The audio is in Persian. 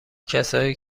کسایی